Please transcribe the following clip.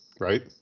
right